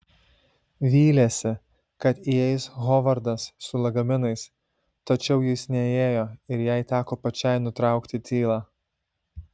vylėsi kad įeis hovardas su lagaminais tačiau jis neįėjo ir jai teko pačiai nutraukti tylą